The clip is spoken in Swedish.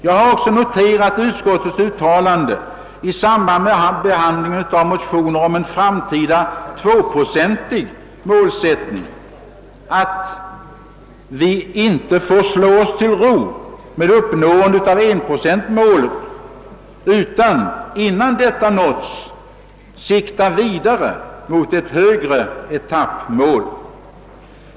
Jag har också noterat utskottets uttalande i samband med behandlingen av motioner om en framtida tvåprocentig målsättning, att vi inte får slå oss till ro med uppnående av enprocentmålet, utan redan innan detta nåtts sikta vidare mot ett högre etappmål.